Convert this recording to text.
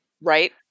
right